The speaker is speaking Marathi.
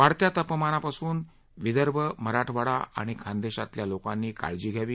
वाढत्या तापमानापासून विदर्भ मराठवाडा आणि खान्देशातील लोकांनी काळजी घ्यावी